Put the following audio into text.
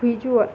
visual